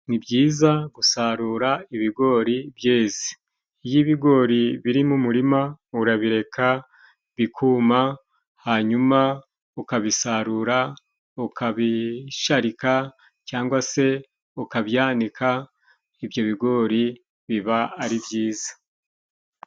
Ni byiza gusarura ibigori byeze. Iyo ibigori biri mu murima urabireka bikuma hanyuma ukabisarura ukabisharika cyangwa se ukabyanika. Ibyo bigori biba ari byiza.